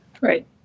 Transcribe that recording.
Right